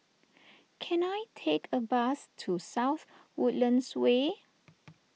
can I take a bus to South Woodlands Way